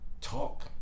talk